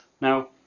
Now